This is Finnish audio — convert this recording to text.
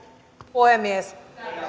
puhemies